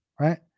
right